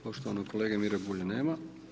Poštovanog kolege Mire Bulja nema.